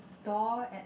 door at